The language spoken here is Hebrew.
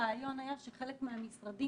בלי שידעתי שאתם מוזמנים,